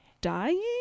dying